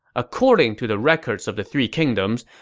according to the records of the three kingdoms,